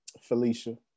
Felicia